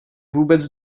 vůbec